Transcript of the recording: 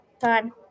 time